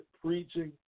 preaching